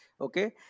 Okay